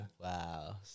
Wow